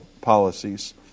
policies